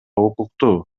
укуктуу